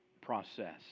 process